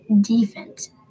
defense